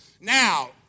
Now